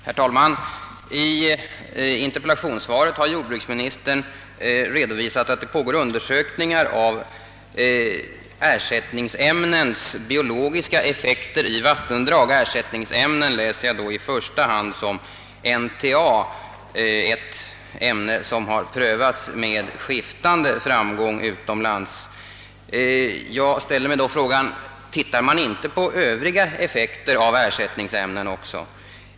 Herr talman! I interpellationssvaret har jordbruksministern redovisat att det pågår undersökningar av ersättningsämnens biologiska effekter i vattendrag. Ersättningsämnen uppfattar jag då i första hand som NTA, ett ämne som har prövats med skiftande framgång utomlands. Jag ställer då frågan: Ser man inte på övriga effekter av ersättningsämnen också?